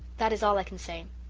that is all i can say.